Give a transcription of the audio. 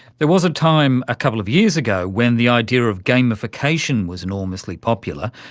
there was a time a couple of years ago when the idea of gamification was enormously popular,